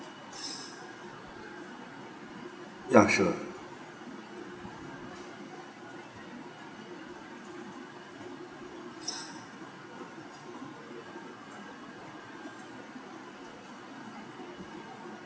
ya sure